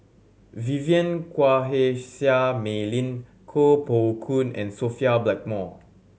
Vivien Quahe Seah Mei Lin Koh Poh Koon and Sophia Blackmore